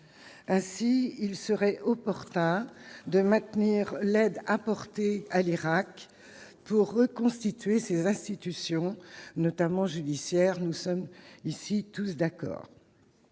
ainsi : il serait opportun de maintenir l'aide apportée à l'Irak pour reconstituer ses institutions, notamment judiciaires, nous sommes ici tous d'accord,